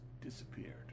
disappeared